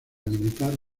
militar